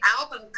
album